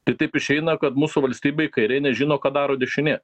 tai taip išeina kad mūsų valstybėj kairė nežino ką daro dešinė